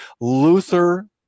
Luther